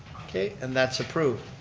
okay, and that's approved.